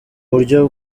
buryo